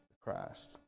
Christ